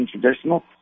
traditional